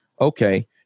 Okay